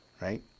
Right